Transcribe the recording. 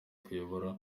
kuyobora